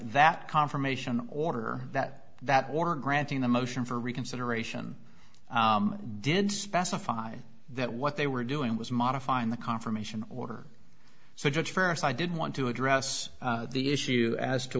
that confirmation order that that order granting the motion for reconsideration did specify that what they were doing was modifying the confirmation order so judge for us i did want to address the issue as to